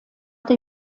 der